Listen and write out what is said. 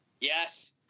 yes